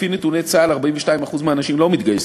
לפי נתוני צה"ל, 42% מהנשים לא מתגייסות,